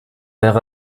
wäre